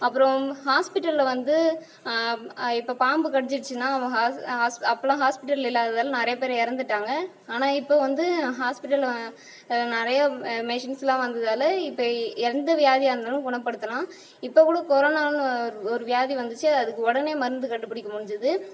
அப்பறம் ஹாஸ்பிட்டலில் வந்து இப்போ பாம்பு கடிச்சுடிச்சின்னா அவ ஹாஸ் ஹாஸ் அப்போலாம் ஹாஸ்பிட்டல் இல்லாததுனால் நிறைய பேர் இறந்துட்டாங்க ஆனால் இப்போ வந்து ஹாஸ்பிட்டல் நிறைய மெஷின்ஸ்லாம் வந்ததால் இப்போ எந்த வியாதியாக இருந்தாலும் குணப்படுத்தலாம் இப்போ கூட கொரோனானு ஒரு ஒரு வியாதி வந்துச்சு அதுக்கு உடனே மருந்து கண்டுபிடிக்க முடிஞ்சுது